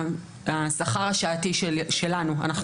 השכר השעתי שלנו הוא 29.30₪ לשעה,